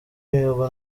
mihigo